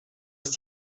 ist